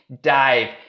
dive